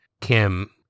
Kim